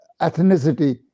ethnicity